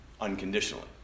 Unconditionally